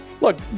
look